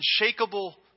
unshakable